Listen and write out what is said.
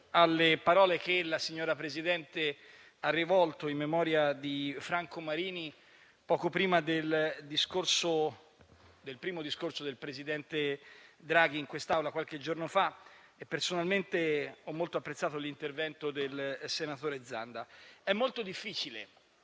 alle parole che la signora Presidente ha rivolto in memoria di Franco Marini poco prima del primo discorso del presidente Draghi in quest'Aula qualche giorno fa e personalmente ho molto apprezzato l'intervento del senatore Zanda. È molto difficile